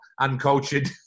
uncultured